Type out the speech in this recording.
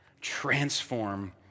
transform